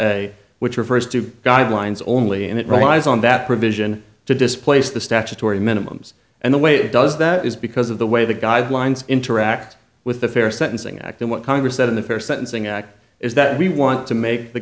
day which refers to guidelines only and it relies on that provision to displace the statutory minimum and the way it does that is because of the way the guidelines interact with the fair sentencing act and what congress said in the fair sentencing act is that we want to make the